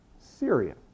Syria